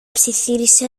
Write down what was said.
ψιθύρισε